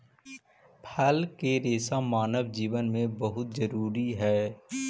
फल के रेसा मानव जीवन में बहुत जरूरी हई